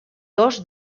dos